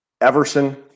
Everson